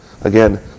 Again